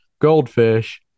goldfish